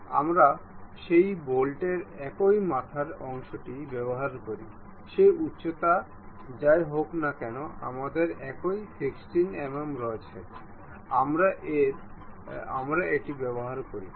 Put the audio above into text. আমরা সেই বোল্টের একই মাথার অংশটি ব্যবহার করি সেই উচ্চতা যাই হোক না কেন আমাদের একই 16 mm রয়েছে আমরা এটি ব্যবহার করি